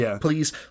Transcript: Please